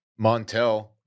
Montel